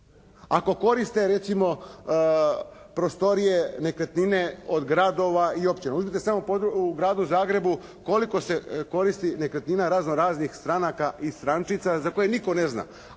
ako koriste recimo prostorije, nekretnine od gradova i općina. Uzmite samo u Gradu Zagrebu koliko se koristi nekretnina razno-raznih stranaka i strančica za koje nitko ne zna,